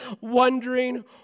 wondering